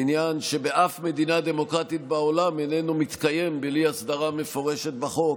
בעניין שבאף מדינה דמוקרטית בעולם איננו מתקיים בלי הסדרה מפורשת בחוק,